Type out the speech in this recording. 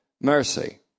mercy